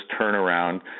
turnaround